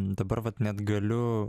dabar vat net galiu